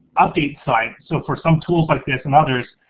update site, so for some tools like this and others,